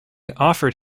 offered